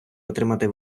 отримати